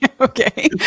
Okay